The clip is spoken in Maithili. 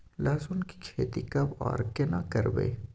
लहसुन की खेती कब आर केना करबै?